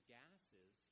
gases